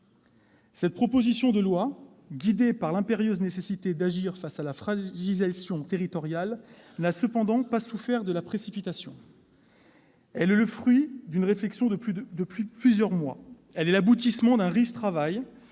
La proposition de loi, guidée par l'impérieuse nécessité d'agir face à la fragilisation territoriale, n'a cependant pas souffert de la précipitation. Elle est le fruit d'une réflexion de plusieurs mois. Elle est l'aboutissement d'un riche travail